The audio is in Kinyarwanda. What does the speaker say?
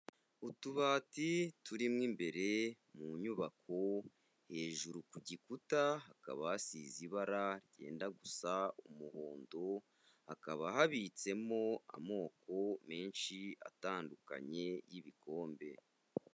Utubati turimo imbere mu nyubako, hejuru ku gikuta hakaba hasize ibara ryenda gusa umuhondo, hakaba habitsemo amoko menshi atandukanye y'ibikombe.